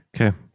Okay